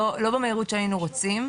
לא במהירות שהיינו רוצים.